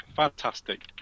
Fantastic